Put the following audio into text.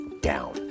down